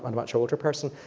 and much older person,